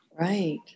Right